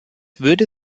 würde